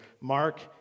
Mark